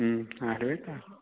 ആലോചിക്കാം